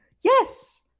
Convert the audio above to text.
yes